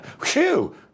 Phew